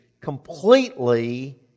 completely